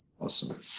Awesome